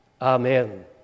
Amen